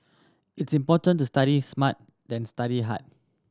it's important to study smart than study hard